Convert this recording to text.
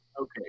okay